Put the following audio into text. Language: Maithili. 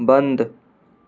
बन्द